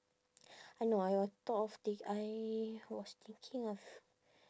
I know I got thought of tak~ I was thinking of